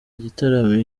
igitaramo